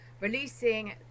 releasing